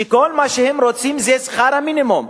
שכל מה שהם רוצים זה שכר המינימום.